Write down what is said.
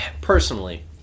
personally